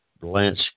Blanche